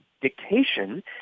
dictation